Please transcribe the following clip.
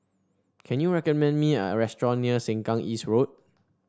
can you recommend me a restaurant near Sengkang East Road